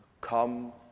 come